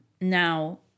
Now